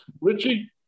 Richie